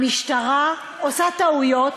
המשטרה עושה טעויות,